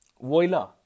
voila